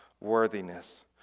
worthiness